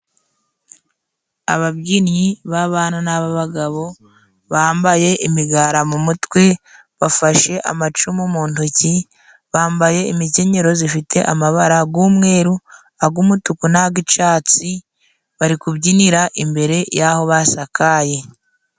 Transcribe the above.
Ababyinnyi b'abana n'ab'abagabo bambaye imigara mu mutwe, bafashe amacumu mu ntoki, bambaye imikenyero zifite amabara g'umweru, ag'umutuku n'ag'icatsi, bari kubyinira imbere y'aho basakaye.